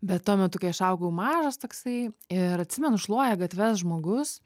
bet tuo metu kai aš augau mažas toksai ir atsimenu šluoja gatves žmogus